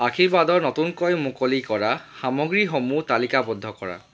আশীৰ্বাদৰ নতুনকৈ মুকলি কৰা সামগ্ৰীসমূহ তালিকাবদ্ধ কৰা